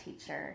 teacher